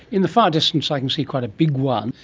in the far distance i can see quite a big one.